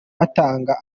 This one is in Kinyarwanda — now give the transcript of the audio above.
batanga